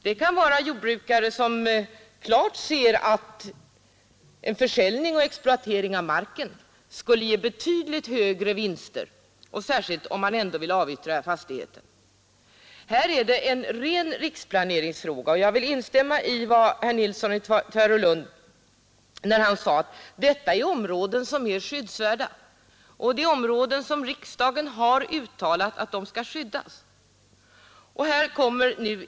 Det kan vara jordbrukare som klart ser att försäljning och exploatering av marken skulle ge betydligt högre vinster, särskilt om de ändå vill avyttra fastigheten. Här gäller det en ren riksplaneringsfråga, och jag instämmer gärna i herr Nilssons i Tvärålund yttrande att detta är områden som är skyddsvärda och att riksdagen har uttalat att dessa områden skall skyddas.